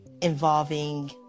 involving